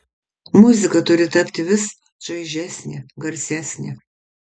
muzika turi tapti vis čaižesnė garsesnė